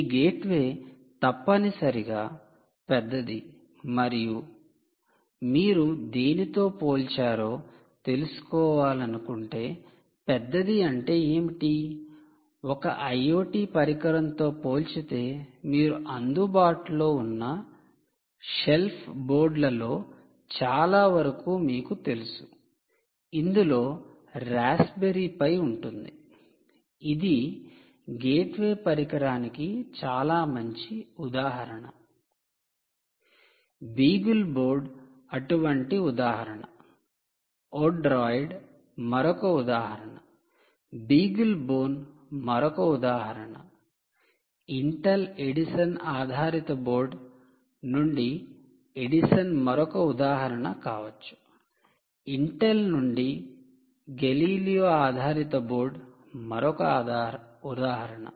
ఈ గేట్వే తప్పనిసరిగా పెద్దది మరియు మీరు దేనితో పోల్చారో తెలుసుకోవాలనుకుంటే పెద్దది అంటే ఏమిటి ఒక IoT పరికరంతో పోల్చితే మీరు అందుబాటులో ఉన్న షెల్ఫ్ బోర్డులలో చాలా వరకు మీకు తెలుసు ఇందులో రాస్ప్బెర్రీ పై ఉంటుంది ఇది గేట్వే పరికరానికి చాలా మంచి ఉదాహరణ బీగల్బోర్డ్ అటువంటి ఉదాహరణ ఓడ్రాయిడ్ మరొక ఉదాహరణ బీగల్బోన్ మరొక ఉదాహరణ ఇంటెల్ ఎడిసన్ ఆధారిత బోర్డు నుండి ఎడిసన్ మరొక ఉదాహరణ కావచ్చు ఇంటెల్ నుండి గెలీలియో ఆధారిత బోర్డు మరొక ఉదాహరణ